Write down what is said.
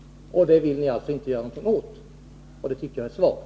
Det vill ni alltså inte göra någonting åt. Det tycker jag är svagt.